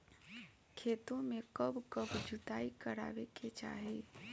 खेतो में कब कब जुताई करावे के चाहि?